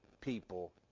people